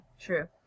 True